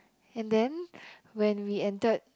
and then when we entered